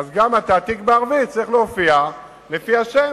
גם התעתיק בערבית צריך להופיע לפי השם.